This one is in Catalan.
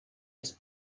els